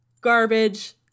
garbage